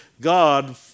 God